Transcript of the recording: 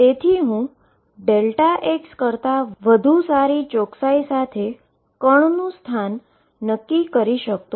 તેથી હું x કરતા વધુ સારી ચોકસાઈ સાથે પાર્ટીકલનુ સ્થાન નક્કી કરી શકતો નથી